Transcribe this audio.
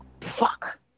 Fuck